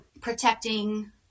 protecting